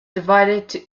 divided